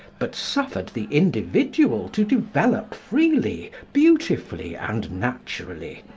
but suffered the individual to develop freely, beautifully, and naturally,